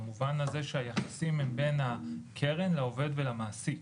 במובן הזה שהיחסים הם בין הקרן לעובד ולמעסיק.